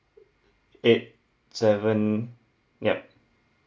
eight seven yup